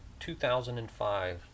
2005